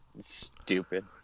stupid